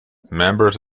members